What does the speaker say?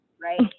right